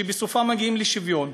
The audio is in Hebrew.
שבסופה מגיעים לשוויון.